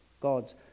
God's